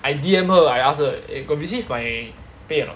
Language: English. I D_M her I asked her eh got receive my pay or not